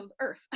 Earth